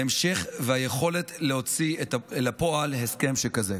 ההמשך והיכולת להוציא אל הפועל הסכם שכזה.